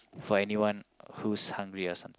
for anyone who's hungry or something